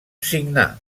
signar